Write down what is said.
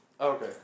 Okay